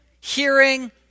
hearing